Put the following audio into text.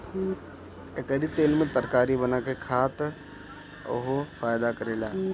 एकर तेल में तरकारी बना के खा त उहो फायदा करेला